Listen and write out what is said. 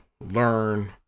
Learn